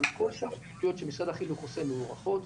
אבל כל שאר הפעילויות שמשרד החינוך עושה מוערכות,